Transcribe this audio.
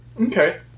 Okay